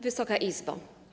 Wysoka Izbo!